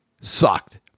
sucked